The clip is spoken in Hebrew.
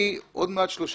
אני עוד מעט 35